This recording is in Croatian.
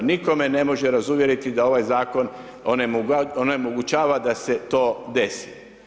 Nitko me ne može razuvjeriti da ovaj zakon onemogućava da se to desi.